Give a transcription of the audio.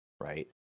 right